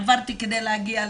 עברתי כדי להגיע לפה.